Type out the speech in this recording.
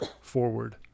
forward